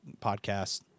podcast